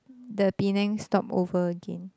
the Penang stop over again